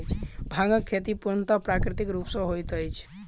भांगक खेती पूर्णतः प्राकृतिक रूप सॅ होइत अछि